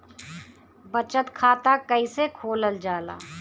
बचत खाता कइसे खोलल जाला?